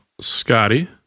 Scotty